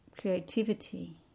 creativity